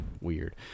weird